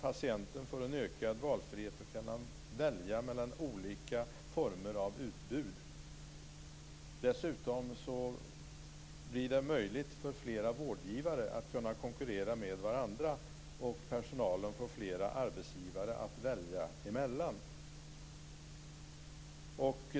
Patienten får en ökad valfrihet och kan välja mellan olika former av utbud. Dessutom blir det möjligt för fler vårdgivare att konkurrera med varandra, och personalen får fler arbetsgivare att välja emellan.